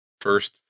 first